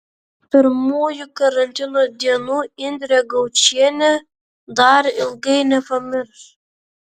pirmųjų karantino dienų indrė gaučienė dar ilgai nepamirš